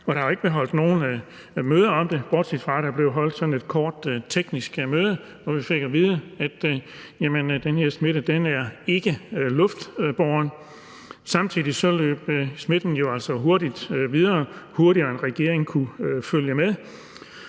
er jo ikke blevet holdt nogen møder om det, bortset fra at der blev holdt sådan et kort teknisk møde, hvor vi fik at vide, at den her smitte ikke er luftbåren. Samtidig løb smitten jo altså hurtigt videre, hurtigere end regeringen kunne følge med.